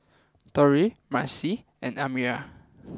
Tori Marci and Amira